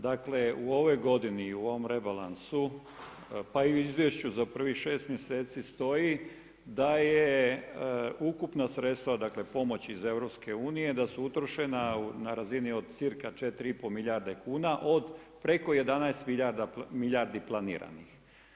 Dakle, u ovoj godini i u ovom rebalansu, pa i u izvješću za prvih 6 mjeseci stoji, da je ukupna sredstva, dakle, pomoć iz EU, da su utrošena na razini cirka 4,5 milijarde kuna, od preko 11 milijardi planirano.